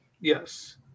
Yes